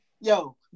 Yo